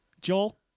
Joel